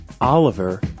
Oliver